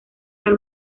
del